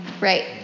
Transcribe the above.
Right